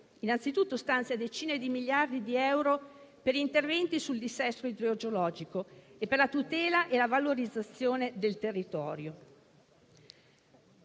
anzitutto decine di miliardi di euro per interventi contro il dissesto idrogeologico e per la tutela e la valorizzazione del territorio: